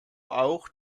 auch